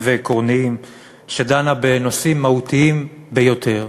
ועקרוניים שדנה בנושאים מהותיים ביותר.